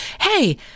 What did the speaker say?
hey